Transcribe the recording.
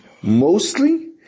mostly